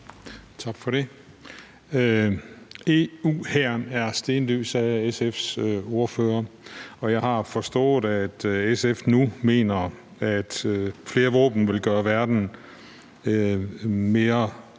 Tak for det. EU-hæren er stendød, sagde SF's ordfører, og jeg har forstået, at SF nu mener, at flere våben vil gøre verden mere